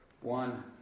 One